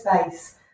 space